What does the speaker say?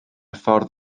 ffordd